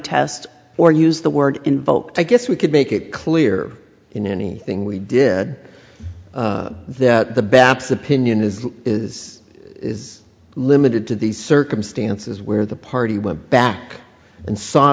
test or use the word invoked i guess we could make it clear in anything we did that the baps opinion is is is limited to these circumstances where the party went back and saw